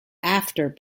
after